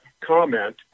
comment